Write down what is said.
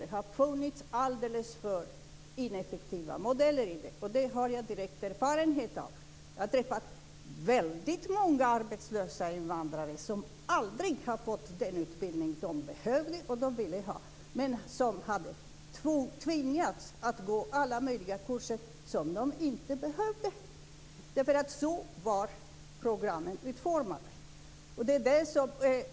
Det har funnits alldeles för ineffektiva modeller. Jag har direkt erfarenhet av det. Jag har träffat många arbetslösa invandrare som aldrig har fått den utbildning de behöver och vill ha. De har tvingats att gå alla möjliga kurser som de inte behöver. Så har programmen varit utformade.